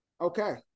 Okay